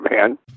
man